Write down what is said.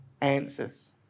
answers